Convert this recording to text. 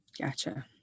gotcha